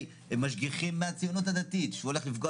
משגיחים מהציונות הדתית שהוא הולך לפגוע